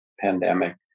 pandemic